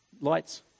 lights